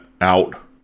out